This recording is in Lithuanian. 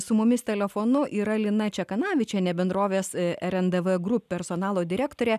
su mumis telefonu yra lina čekanavičienė bendrovės rndv group personalo direktorė